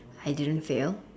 I didn't fail